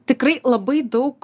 tikrai labai daug